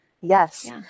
Yes